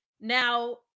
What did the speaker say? Now